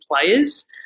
players